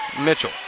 Mitchell